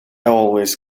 always